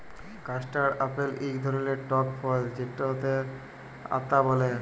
custard apple ইক ধরলের টক ফল যেটকে আতা ব্যলে